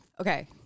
Okay